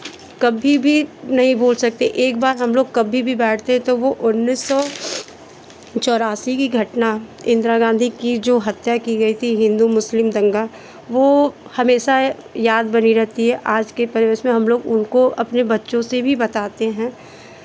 कभी भी नहीं भूल सकते एक बार हम लोग कभी भी बैठते हैं तो वो उन्नीस सौ चौरासी की घटना इन्दिरा गांधी की जो हत्या की गई थी हिन्दू मुस्लिम दंगा वो हमेशा याद बनी रहती है आज के परिवेश में हम लोग उनको अपने बच्चों से भी बताते हैं